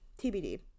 TBD